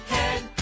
Head